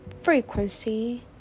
frequency